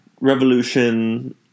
Revolution